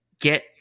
get